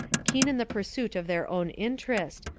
keen in the pursuit of their own interest,